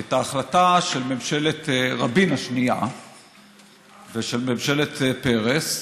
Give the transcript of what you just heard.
את ההחלטה של ממשלת רבין השנייה ושל ממשלת פרס.